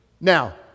Now